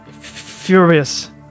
furious